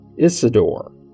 Isidore